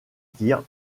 tirs